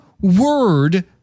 word